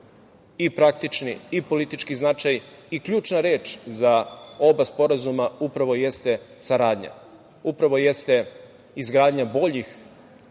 i praktični i politički značaj. Ključna reč za oba sporazuma upravo jeste saradnja, upravo jeste izgradnja boljih